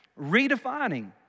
redefining